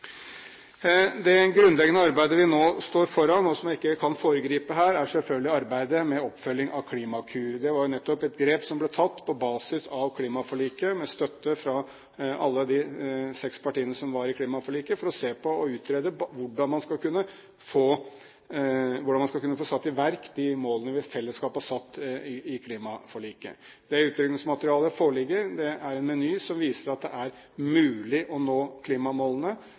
Det grunnleggende arbeidet vi nå står foran, og som jeg ikke kan foregripe her, er selvfølgelig arbeidet med oppfølgingen av Klimakur. Det var jo nettopp et grep som ble tatt på basis av klimaforliket, med støtte fra alle de seks partiene som var med i klimaforliket, for å se på og utrede hvordan man skal kunne få satt i verk de målene vi i fellesskap har satt i klimaforliket. Det utredningsmaterialet foreligger. Det er en meny som viser at det er mulig å nå klimamålene.